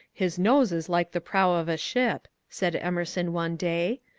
his nose is like the prow of a ship, said emerson one day.